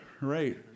right